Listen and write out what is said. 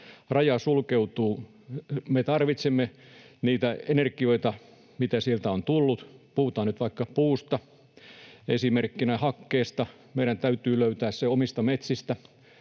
raja sulkeutuu. Me tarvitsemme niitä energioita, mitä sieltä on tullut, puhutaan nyt vaikka esimerkkinä puusta, hakkeesta; meidän täytyy löytää se omista metsistä.